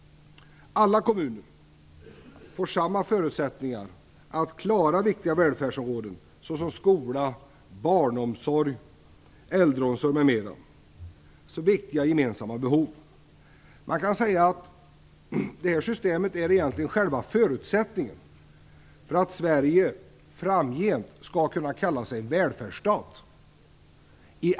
Alla kommuner får samma förutsättningar att klara de gemensamma behoven inom viktiga välfärdsområden som skola, barnomsorg, äldreomsorg m.m. Man kan säga att systemet är själva förutsättningen för att Sverige framgent skall kunna kalla sig en välfärdsstat.